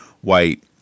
White